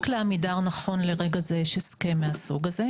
רק לעמידר נכון לרגע זה יש הסכם מהסוג הזה.